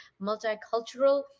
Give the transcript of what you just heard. multicultural